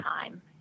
time